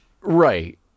Right